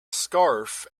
scarf